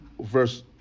verse